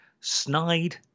snide